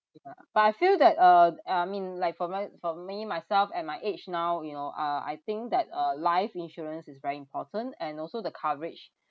but I feel that uh uh I mean like for my for me myself at my age now you know uh I think that uh life insurance is very important and also the coverage